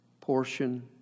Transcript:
portion